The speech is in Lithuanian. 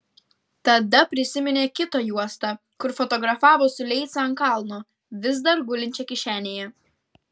tada prisiminė kitą juostą kur fotografavo su leica ant kalno vis dar gulinčią kišenėje